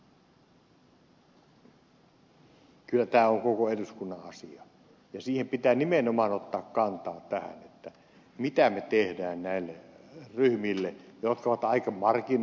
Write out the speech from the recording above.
kyllä tämä on koko eduskunnan asia ja siihen pitää nimenomaan ottaa kantaa mitä me teemme näille ryhmille jotka ovat aika marginaalisia